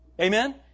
Amen